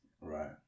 Right